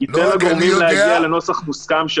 שצריך להגיע לנוסח מוסכם,